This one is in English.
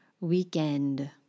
weekend